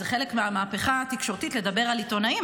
זה חלק מהמהפכה התקשורתית לדבר על עיתונאים.